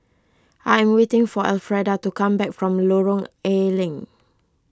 I am waiting for Elfreda to come back from Lorong A Leng